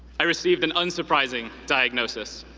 i received an unsurprising diagnosis,